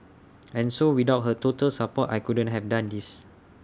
and so without her total support I couldn't have done this